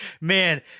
Man